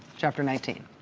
chapter nineteen.